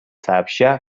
сообща